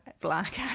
Black